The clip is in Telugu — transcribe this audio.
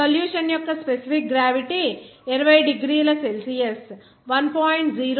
సొల్యూషన్ యొక్క స్పెసిఫిక్ గ్రావిటీ 20 డిగ్రీల సెల్సియస్ 1